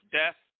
death